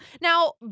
Now